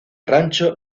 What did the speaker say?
rancho